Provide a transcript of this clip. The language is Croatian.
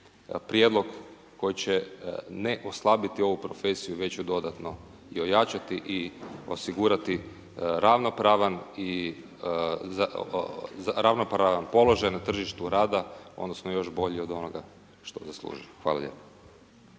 prijedlog koji će ne oslabiti ovu profesiju, već ju dodatno i ojačati i osigurati ravnopravan položaj na tržištu rada, odnosno još bolji što zaslužuje. Hvala lijepo.